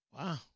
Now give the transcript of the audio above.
Wow